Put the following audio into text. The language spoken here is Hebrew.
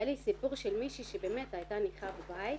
היה לי סיפור של מישהי שהייתה נכה בבית,